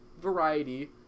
variety